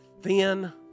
thin